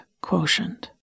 quotient